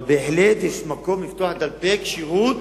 אבל בהחלט יש מקום לפתוח דלפק שירות